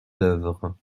d’œuvre